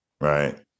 Right